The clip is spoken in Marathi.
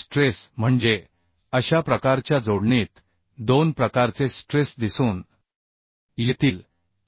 स्ट्रेस म्हणजे अशा प्रकारच्या जोडणीत दोन प्रकारचे स्ट्रेस दिसून येतील